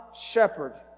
shepherd